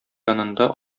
янында